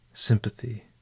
Sympathy